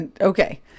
Okay